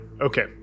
Okay